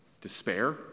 despair